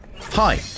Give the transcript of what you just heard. Hi